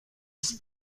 ist